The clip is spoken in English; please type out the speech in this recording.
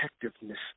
protectiveness